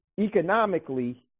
economically